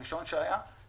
הראשון שהיה,